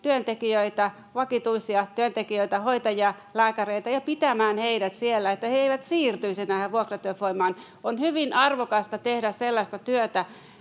työntekijöitä, vakituisia työntekijöitä, hoitajia, lääkäreitä, ja pitämään heidät siellä, että he eivät siirtyisi näihin vuokratyöfirmoihin. On hyvin arvokasta tehdä sellaista työtä,